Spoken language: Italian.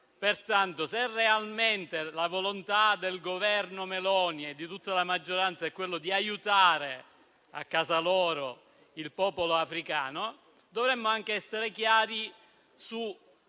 Pertanto, se realmente la volontà del Governo Meloni e di tutta la maggioranza è quella di aiutare a casa loro il popolo africano, dovremmo anche essere chiari su